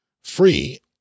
free